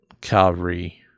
Calvary